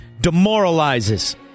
demoralizes